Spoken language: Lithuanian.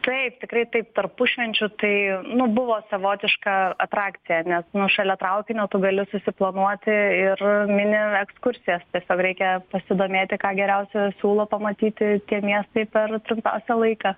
taip tikrai taip tarpušvenčiu tai nu buvo savotiška atrakcija nes nu šalia traukinio tu gali susiplanuoti ir mini ekskursijas tiesiog reikia pasidomėti ką geriausio siūlo pamatyti tie miestai per trumpiausią laiką